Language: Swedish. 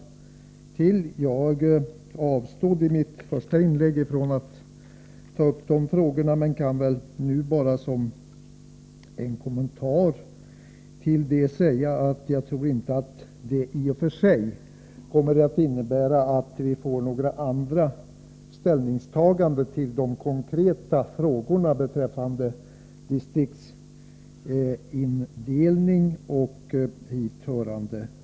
Jag avstod i mitt 16 maj 1984 första inlägg från att ta upp dessa frågor, men jag kan nu som en liten FR att EG inte tror deti FS jr EE att En 5 Anslag till lokala vi » nägra = ra stäl MIngstrgan ena le konkreta frågorna, beträffande skattemyndigdistriktsindelning och hithörande ting.